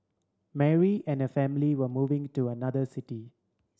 Mary and her family were moving to another city